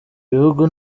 bihugu